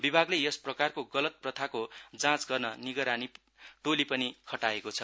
विभागले यस प्रकारको गलत प्रथाको जाँच गर्न निगरानी टोली पनि खटाइएको छ